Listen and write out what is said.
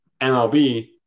MLB